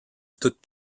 toute